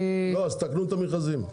אז תקנו את המכרזים.